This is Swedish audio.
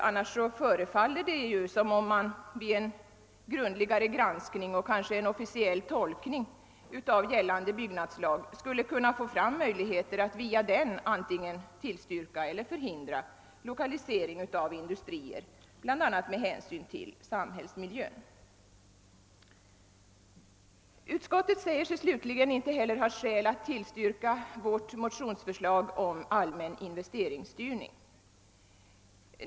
Annars förefaller det som om man vid en grundligare granskning och kanske en officiell tolkning av gällande byggnadslag skulle kunna få fram möjligheter att via den antingen tillstyrka eller förhindra lokalisering av industrier bl.a. med hänsyn till samhällsmiljön. Utskottet säger sig slutligen inte heller ha skäl att tillstyrka vårt motionsförslag om allmän investeringsstyrning.